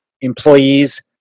employees